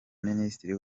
minisitiri